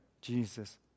Jesus